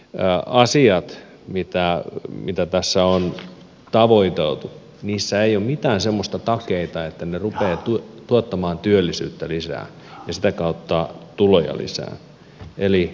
eli kaikissa näissä asioissa mitä tässä on tavoiteltu ei ole mitään semmoisia takeita että ne rupeavat tuottamaan työllisyyttä lisää ja sitä kautta tuloja lisää eli kokoomus toivoo